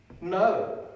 No